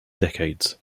decades